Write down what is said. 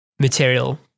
material